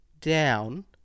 Down